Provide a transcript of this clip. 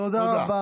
תודה.